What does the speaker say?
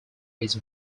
his